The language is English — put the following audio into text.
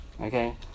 Okay